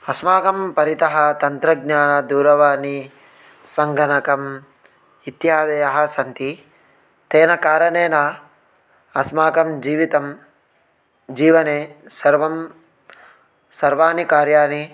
अस्माकं परितः तन्त्रज्ञानं दूरवाणी सङ्गनकम् इत्यादयः सन्ति तेन कारणेन अस्माकं जीवितं जीवने सर्वं सर्वाणि कार्याणि